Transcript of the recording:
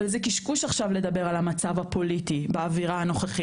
אבל זה קשקוש עכשיו לדבר על המצב הפוליטי באווירה הנוכחית,